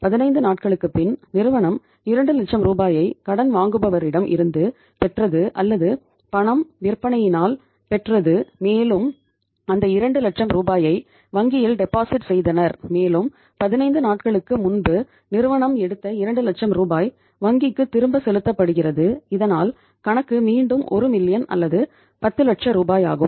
15 நாட்களுக்குப்பின் நிறுவனம் 2 லட்சம் ரூபாயை கடன் வாங்குபவரிடம் இருந்து பெற்றது அல்லது பணம் விற்பனையினால் பெற்றது மேலும் அந்த 2 லட்சம் ரூபாயை வங்கியில் டெபாசிட் அல்லது 10 லட்சம் ரூபாயாகும்